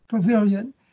pavilion